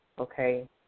okay